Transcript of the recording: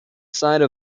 side